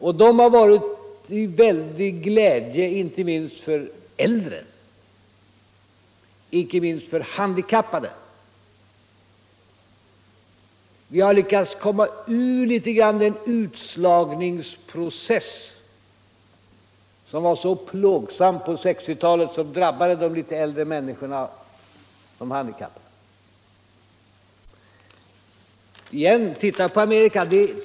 De lagarna har varit till oerhört stor glädje, icke minst för äldre och icke minst för handikappade människor: Vi har därigenom i någon mån lyckats komma ur den utslagningsprocess som var så plågsam på 1960-talet och som drabbade de litet äldre människorna och de handikappade. Se igen på Amerika!